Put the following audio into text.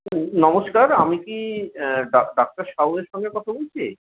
নমস্কার আমি কি ডাক্তার সাউয়ের সঙ্গে কথা বলছি